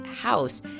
house